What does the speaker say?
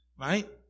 right